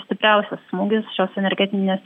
stipriausias smūgis šios energetinės